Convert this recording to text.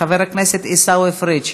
חברת הכנסת מיכל בירן,